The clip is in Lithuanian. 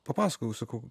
papasakojau sakau